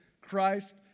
Christ